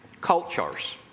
cultures